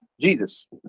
Jesus